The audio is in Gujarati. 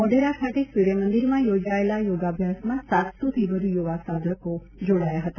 મોઢેરા ખાતે સૂર્યમંદિરમાં યોજાયેલા યોગાભ્યાસમાં સાતસોથી વધુ યુવાસાધક જોડાયા હતા